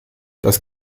das